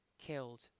killed